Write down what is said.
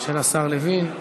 של השר לוין.